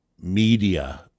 media